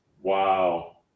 wow